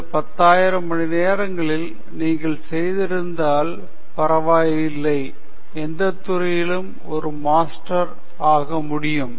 இந்த 10000 மணிநேரங்களில் நீங்கள் செய்திருந்தால் பரவாயில்லை எந்த துறையில் ஒரு மாஸ்டர் இருக்க முடியும்